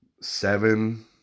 seven